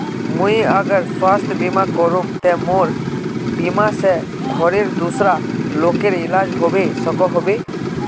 मुई अगर स्वास्थ्य बीमा करूम ते मोर बीमा से घोरेर दूसरा लोगेर इलाज होबे सकोहो होबे?